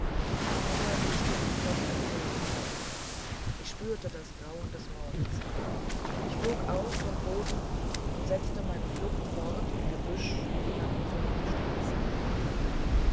aber die sturmglocken tobten lauter ich spürte das grauen des morgens ich flog auf vom boden und setzte meine flucht fort im gebüsch und kam zur landstraße